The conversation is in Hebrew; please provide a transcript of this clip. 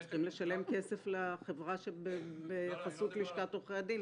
הם צריכים לשלם כסף לחברה שבחסות לשכת עורכי הדין,